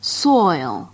soil